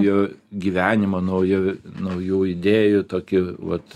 jo gyvenimą naujo naujų idėjų tokie vat